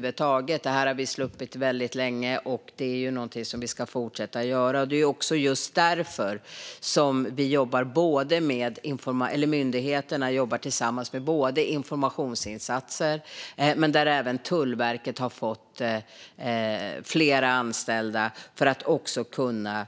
Vi har sluppit det länge, och det ska vi fortsätta göra. Det är just därför myndigheterna jobbar med informationsinsatser, och Tullverket har fått fler anställda för att kunna